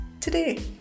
today